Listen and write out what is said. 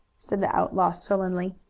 said the outlaw sullenly.